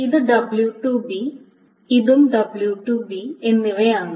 ഇത് w2 w2 എന്നിവയാണ്